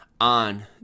on